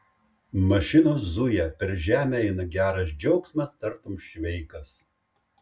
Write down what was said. mašinos zuja per žemę eina geras džiaugsmas tartum šveikas